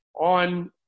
on